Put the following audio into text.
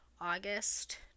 August